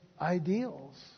ideals